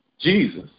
Jesus